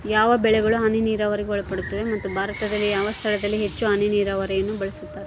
ಯಾವ ಬೆಳೆಗಳು ಹನಿ ನೇರಾವರಿಗೆ ಒಳಪಡುತ್ತವೆ ಮತ್ತು ಭಾರತದಲ್ಲಿ ಯಾವ ಸ್ಥಳದಲ್ಲಿ ಹೆಚ್ಚು ಹನಿ ನೇರಾವರಿಯನ್ನು ಬಳಸುತ್ತಾರೆ?